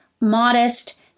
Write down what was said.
modest